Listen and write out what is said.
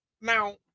now